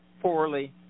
poorly